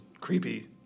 creepy